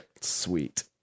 Sweet